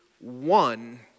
one